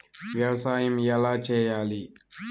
వ్యవసాయం ఎలా చేయాలి?